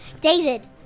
David